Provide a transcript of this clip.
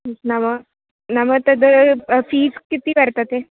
नाम नाम तद् फ़ीस् कति वर्तते